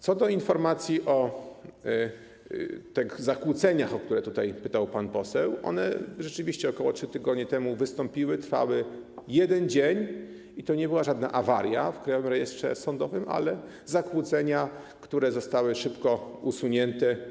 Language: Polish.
Co do informacji o tych zakłóceniach, o które pytał pan poseł - one rzeczywiście ok. 3 tygodnie temu wystąpiły, trwały 1 dzień i to nie była żadna awaria w Krajowym Rejestrze Sądowym, tylko zakłócenia, które zostały szybko usunięte.